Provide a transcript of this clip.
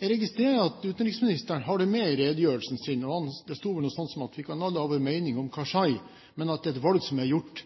Jeg registrerer at utenriksministeren har det med i redegjørelsen sin. Det sto noe sånt som at vi alle kan ha vår mening om Karzai, men at det er et valg som er gjort.